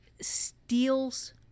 steals